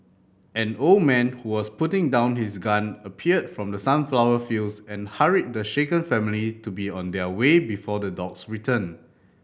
an old man who was putting down his gun appeared from the sunflower fields and hurried the shaken family to be on their way before the dogs return